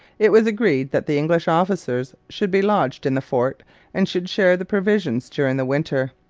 it was agreed that the english officers should be lodged in the fort and should share the provisions during the winter.